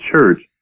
church